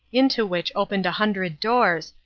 into which opened a hundred doors,